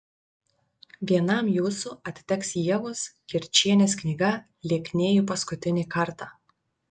vienam jūsų atiteks ievos gerčienės knyga lieknėju paskutinį kartą